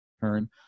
turn